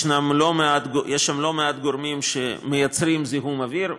יש שם לא מעט גורמים שמייצרים זיהום אוויר,